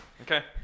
Okay